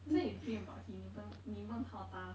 that's why you dream about him 你梦你梦到他